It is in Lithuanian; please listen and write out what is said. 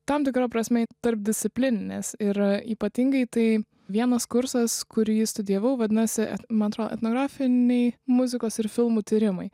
tam tikra prasme tarpdisciplininės ir ypatingai tai vienas kursas kurį studijavau vadinosi man tro etnografiniai muzikos ir filmų tyrimai